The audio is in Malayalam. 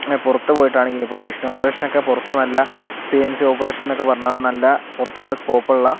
പുറത്തു പോയിട്ട് ആണെങ്കിലും ഇപ്പോൾ മെഷീൻ ഓപ്പറേഷനൊക്കെ പുറത്തു നല്ല സെയിൽസ് ഓപ്പറേഷൻ എന്നൊക്കെ പറഞ്ഞാൽ നല്ല പുറത്തു നല്ല സ്കോപ്പുള്ള